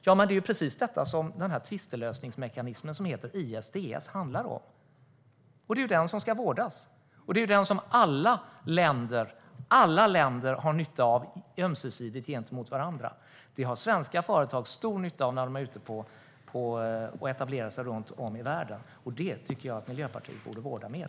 Ja, det är precis detta som den tvistlösningsmekanism som heter ISDS handlar om. Det är den som ska vårdas, och det är den som alla länder har nytta av ömsesidigt gentemot varandra. Det har svenska företag stor nytta av när de är ute och etablerar sig runt om i världen. Det tycker jag att Miljöpartiet borde vårda mer.